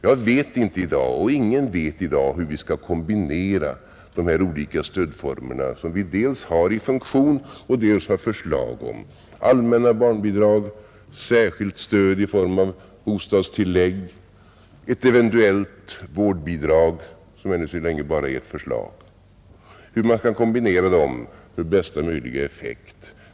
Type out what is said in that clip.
Jag vet inte i dag, och ingen vet i dag hur vi med bästa möjliga effekt skall kombinera de olika stödformerna som vi dels har i funktion, dels har förslag om: allmänna barnbidrag, särskilt stöd i form av bostadstillägg, ett eventuellt vårdbidrag, som ännu så länge bara är ett förslag.